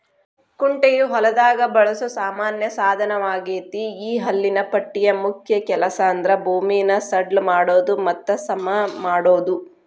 ಕುಂಟೆಯು ಹೊಲದಾಗ ಬಳಸೋ ಸಾಮಾನ್ಯ ಸಾದನವಗೇತಿ ಈ ಹಲ್ಲಿನ ಪಟ್ಟಿಯ ಮುಖ್ಯ ಕೆಲಸಂದ್ರ ಭೂಮಿನ ಸಡ್ಲ ಮಾಡೋದು ಮತ್ತ ಸಮಮಾಡೋದು